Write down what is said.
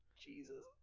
Jesus